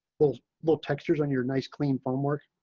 those little textures on your nice clean homework.